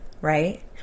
right